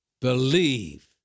believe